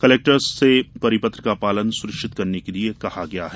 collectors से परिपत्र का पालन सुनिश्चित किये जाने के लिये कहा गया है